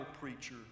preacher